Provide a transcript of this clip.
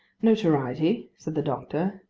notoriety, said the doctor,